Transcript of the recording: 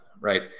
right